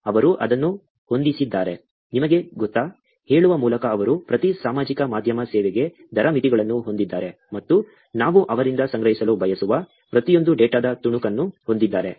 ಅವರು ಅದನ್ನು ಹೊಂದಿಸಿದ್ದಾರೆ ನಿಮಗೆ ಗೊತ್ತಾ ಹೇಳುವ ಮೂಲಕ ಅವರು ಪ್ರತಿ ಸಾಮಾಜಿಕ ಮಾಧ್ಯಮ ಸೇವೆಗೆ ದರ ಮಿತಿಗಳನ್ನು ಹೊಂದಿದ್ದಾರೆ ಮತ್ತು ನಾವು ಅವರಿಂದ ಸಂಗ್ರಹಿಸಲು ಬಯಸುವ ಪ್ರತಿಯೊಂದು ಡೇಟಾದ ತುಣುಕನ್ನು ಹೊಂದಿದ್ದಾರೆ